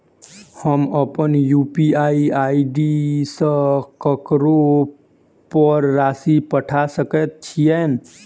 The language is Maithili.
हम अप्पन यु.पी.आई आई.डी सँ ककरो पर राशि पठा सकैत छीयैन?